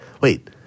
wait